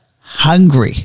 Hungry